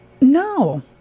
No